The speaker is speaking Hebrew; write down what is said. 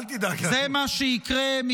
זה מה שיקרה,